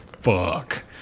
fuck